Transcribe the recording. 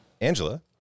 angela